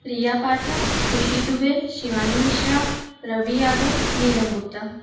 Riya Pathak Khushi Dubey Shivani Mishra Ravi Yadav Neelam Gupta